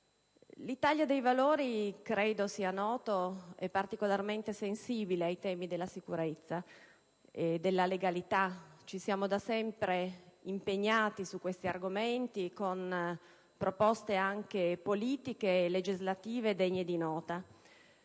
L'Italia dei Valori, credo sia noto, è particolarmente sensibile ai temi della sicurezza e della legalità. Ci siamo da sempre impegnati su questi argomenti con proposte politiche legislative degne di nota.